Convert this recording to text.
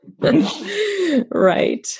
Right